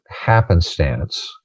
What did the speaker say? happenstance